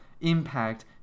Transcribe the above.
impact